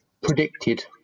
predicted